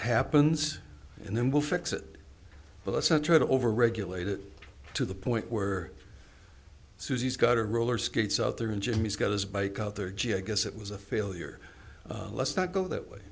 happens and then we'll fix it but let's not try to overregulate it to the point where susy's got a roller skates out there in jimmy's got his bike out there gee i guess it was a failure let's not go that way